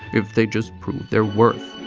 if they just prove their worth.